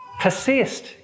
persist